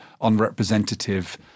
unrepresentative